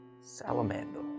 Salamander